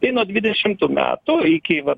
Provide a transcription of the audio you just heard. tai nuo dvidešimtų metų iki va